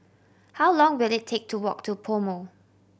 how long will it take to walk to PoMo